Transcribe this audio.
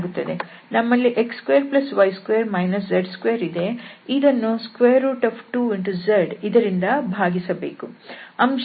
ನಮ್ಮಲ್ಲಿ x2y2 z2 ಇದೆ ಇದನ್ನು 2z ಇದರಿಂದ ಭಾಗಿಸಬೇಕು